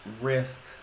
risk